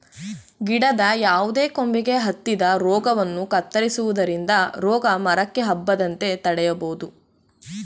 ಗಿಡದ ಯಾವುದೇ ಕೊಂಬೆಗೆ ಹತ್ತಿದ ರೋಗವನ್ನು ಕತ್ತರಿಸುವುದರಿಂದ ರೋಗ ಮರಕ್ಕೆ ಹಬ್ಬದಂತೆ ತಡೆಯಬೋದು